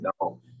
no